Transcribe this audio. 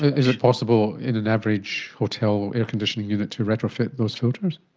is it possible in an average hotel air-conditioning unit to retrofit those filters?